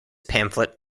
pamphlet